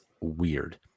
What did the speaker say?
weird